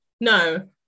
No